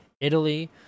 Italy